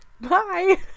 bye